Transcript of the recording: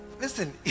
listen